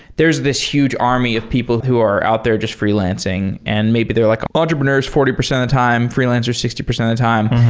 there's this huge army of people who are out there just freelancing and maybe they're like entrepreneurs forty percent of the time, freelancer sixty percent of time.